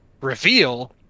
reveal